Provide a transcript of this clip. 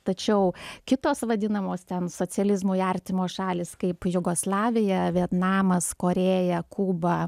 tačiau kitos vadinamos ten socializmui artimos šalys kaip jugoslavija vietnamas korėja kuba